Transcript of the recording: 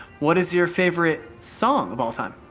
what is your favorite song of all time?